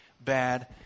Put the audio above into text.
bad